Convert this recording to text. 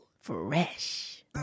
fresh